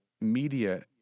media